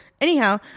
anyhow